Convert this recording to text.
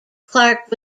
clark